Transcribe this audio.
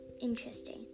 interesting